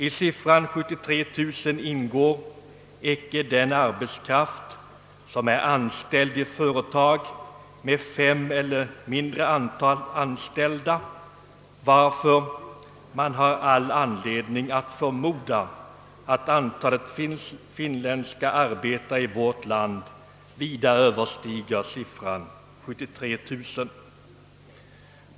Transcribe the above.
I denna siffra ingår inte den arbetskraft som är anställd i företag med fem eller mindre antal anställda, varför man har all anledning att förmoda att antalet finländska arbetare i vårt land vida överstiger siffran 73 000.